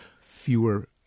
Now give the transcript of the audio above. fewer